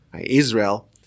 Israel